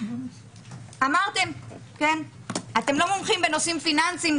אמרתם שאתם לא מומחים בנושאים פיננסים,